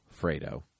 Fredo